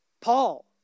Paul